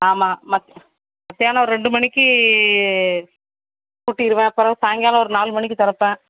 ஆமாம் ம மத்தியானம் ஒரு ரெண்டு மணிக்கு பூட்டிடுவேன் அப்புறம் சாயங்காலம் ஒரு நாலு மணிக்கு திறப்பேன்